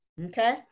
okay